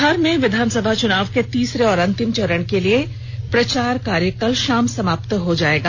बिहार में विधानसभा चुनाव के तीसरे और अंतिम चरण के लिए प्रचार कार्य कल शाम समाप्त हो जायेगा